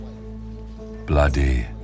Bloody